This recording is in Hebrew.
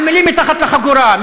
על מילים מתחת לחגורה,